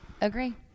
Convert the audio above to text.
agree